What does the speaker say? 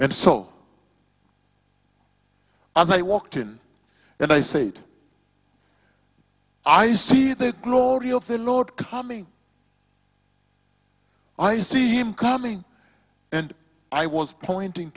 and so as i walked in and i said i see the glory of the lord coming i see him coming and i was pointing